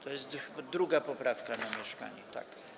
To jest druga poprawka, to na mieszkania, tak.